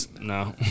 no